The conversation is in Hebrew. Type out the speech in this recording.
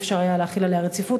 לא היה אפשר להחיל עליה רציפות,